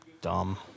dumb